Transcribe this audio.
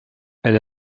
elle